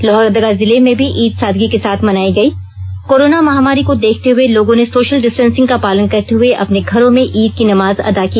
लोहरदगा जिले में भी ईद सादगी के साथ मनायी गयी कोरोना महामारी को देखते हुए लोगों ने सोशल डिस्टेंसिंग का पालन करते हुए अपने घरों में ईद की नमाज अदा की